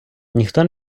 ніхто